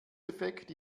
effekt